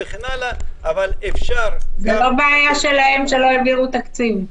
אבל אפשר --- זו לא בעיה שלהם שלא העבירו תקציב.